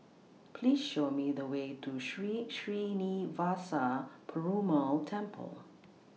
Please Show Me The Way to Sri Srinivasa Perumal Temple